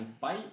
Bye